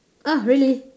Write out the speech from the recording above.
ah really